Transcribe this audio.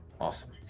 awesome